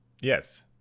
Yes